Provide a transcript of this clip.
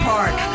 Park